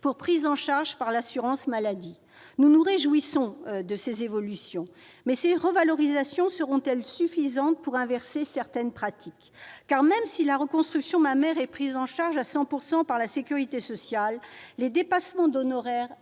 pour prise en charge par l'assurance maladie. Nous nous réjouissons de ces évolutions. Mais ces revalorisations seront-elles suffisantes pour inverser certaines pratiques ? Car, même si la reconstruction mammaire est prise en charge à 100 % par la sécurité sociale, les dépassements d'honoraires